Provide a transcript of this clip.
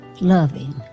Loving